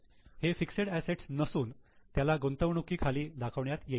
पण हे fixed assets नसून त्याला गुंतवणुकी खाली दाखवण्यात येईल